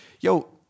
yo